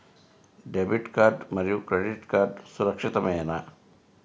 Debit card మరియు credit card సురక్షితమేనా?